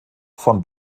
von